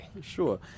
Sure